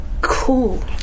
cool